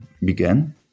began